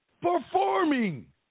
performing